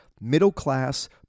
middle-class